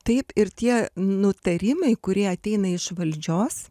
taip ir tie nutarimai kurie ateina iš valdžios